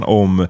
om